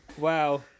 Wow